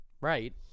right